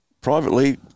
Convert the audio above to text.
privately